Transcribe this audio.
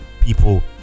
people